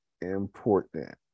Important